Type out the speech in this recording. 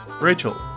Rachel